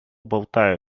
болтаю